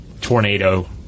tornado